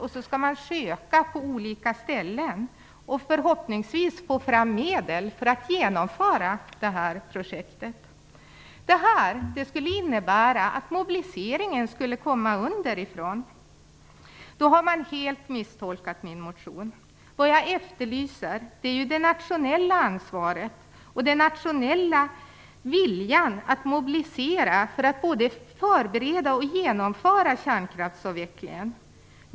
Sedan skall man söka på olika håll för att förhoppningsvis få fram medel så att man kan genomföra projektet. Det här skulle innebära att mobiliseringen skulle komma underifrån. Då har man helt misstolkat min motion. Vad jag efterlyser är det nationella ansvaret och den nationella viljan att mobilisera för att förbereda och genomföra kärnkraftsavvecklingen.